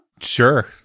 Sure